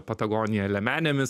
patagonija liemenėmis